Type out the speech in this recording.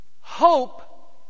Hope